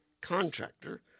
contractor